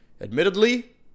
admittedly